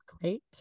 great